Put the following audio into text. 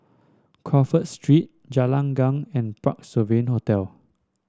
Crawford Street Jalan Gelegar and Parc Sovereign Hotel